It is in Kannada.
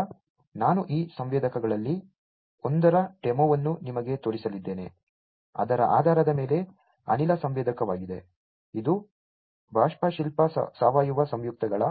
ಆದ್ದರಿಂದ ನಾನು ಈ ಸಂವೇದಕಗಳಲ್ಲಿ ಒಂದರ ಡೆಮೊವನ್ನು ನಿಮಗೆ ತೋರಿಸಲಿದ್ದೇನೆ ಅದರ ಆಧಾರದ ಮೇಲೆ ಅನಿಲ ಸಂವೇದಕವಾಗಿದೆ ಇದು ಬಾಷ್ಪಶೀಲ ಸಾವಯವ ಸಂಯುಕ್ತಗಳ